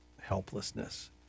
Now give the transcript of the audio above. helplessness